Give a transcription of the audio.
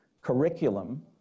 curriculum